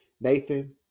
Nathan